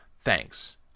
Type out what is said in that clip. Thanks